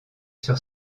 sur